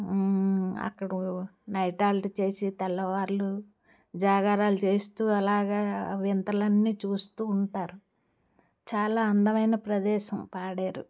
అక్కడ night halt చేసి తెల్లవార్లు జాగారాలు చేస్తూ అలాగా వింతలన్నీ చూస్తూ ఉంటారు చాలా అందమైన ప్రదేశం పాడేరు